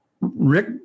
Rick